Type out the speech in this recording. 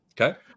Okay